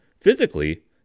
physically